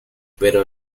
pero